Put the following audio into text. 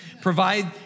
provide